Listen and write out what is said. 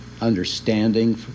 understanding